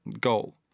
goal